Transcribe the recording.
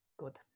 Good